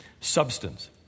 substance